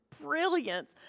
brilliance